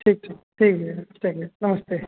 ठीक ठीक ठीक है चलिए नमस्ते